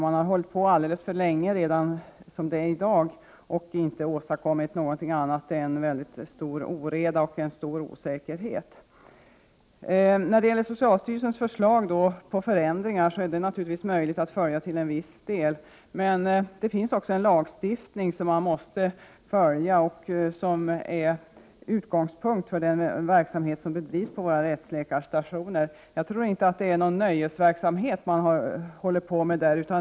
Man har hållt på alldeles för länge redan och har inte åstadkommit något annat än en mycket stor oreda och en stor osäkerhet. När det gäller socialstyrelsens förslag till förändringar, är det naturligtvis möjligt att följa dem till en viss del. Men det finns också en lagstiftning, som man måste följa och som är utgångspunkt för den verksamhet som bedrivs på våra rättsläkarstationer. Jag tror inte att det är någon nöjesverksamhet man håller på med där.